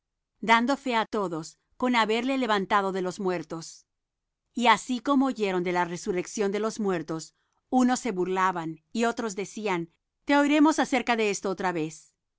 dando fe á todos con haberle levantado de los muertos y así como oyeron de la resurrección de los muertos unos se burlaban y otros decían te oiremos acerca de esto otra vez